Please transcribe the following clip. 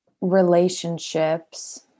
relationships